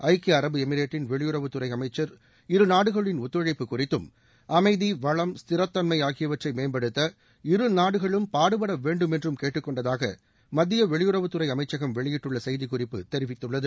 ஐக்கிய அரபு எமிரேட்டின் வெளியுறவுத் துறை அமைச்சள் இரு நாடுகளின் ஒத்துழைப்பு குறித்தும் அளமதி வளம் ஸ்திரத்தன்மை ஆகியவற்றை மேம்படுத்த இருநாடுகளும் பாடுப்பட வேண்டும் என்றும் கேட்டுக்கொண்டதாக மத்திய வெளியுறவுத் துறை அமைச்சகம் வெளியிட்டுள்ள செய்திக்குறிப்பு தெரிவிக்கப்பட்டுள்ளது